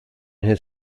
his